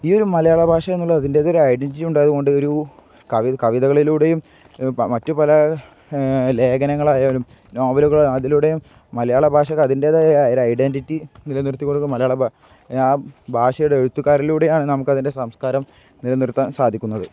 ഈ ഒരു മലയാള ഭാഷ എന്നുള്ള അതിൻ്റെ ഒരു ഐഡൻ്റിറ്റിയും ഉണ്ടായത് കൊണ്ട് ഒരു കവിത കവിതകളിലൂടെയും മറ്റു പല ലേഖനങ്ങളായാലും നോവലുകൾ അതിലൂടെയും മലയാള ഭാഷയ്ക്ക് അതിൻ്റേതായ ഒരു ഐഡൻ്റിറ്റി നിലനിർത്തി കൊടുക്കും മലയാള ഭാഷയുടെ എഴുത്തുക്കാരിലൂടെയാണ് നമുക്ക് അതിൻ്റെ സംസ്കാരം നിലനിർത്താൻ സാധിക്കുന്നത്